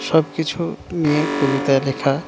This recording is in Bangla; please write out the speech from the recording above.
সব কিছু নিয়ে কবিতা লেখা